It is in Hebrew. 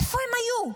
איפה הם היו?